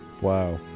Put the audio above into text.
Wow